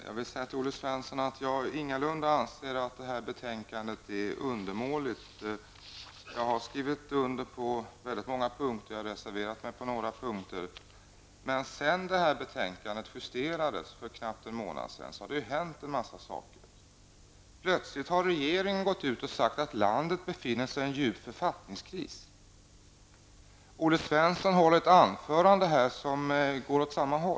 Fru talman! Jag anser ingalunda att detta betänkande är undermåligt, Olle Svensson. Jag har skrivit under på många punkter och reserverat mig mot några. Men sedan betänkandet justerades för en månad sedan har det hänt en mängd saker. Regeringen har plötsligt sagt att landet befinner sig i en djup författningskris. Olle Svensson har hållit ett anförande som pekar i samma riktning.